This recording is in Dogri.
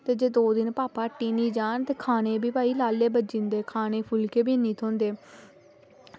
ते जे दौ दिन भापा हट्टी निं जान ते खाने गी भई लाले बज्जी जंदे खाने गी भई फुल्के बी नेईं थ्होंदे